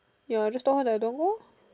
ya just tell her that I don't want go lor